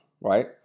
right